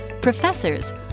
professors